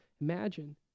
imagine